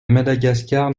madagascar